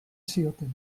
zioten